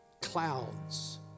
Clouds